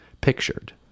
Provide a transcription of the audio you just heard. pictured